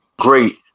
great